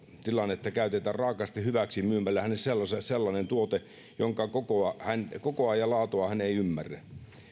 tilannetta käytetään raakasti hyväksi myymällä hänelle sellainen tuote jonka kokoa ja laatua hän ei ymmärrä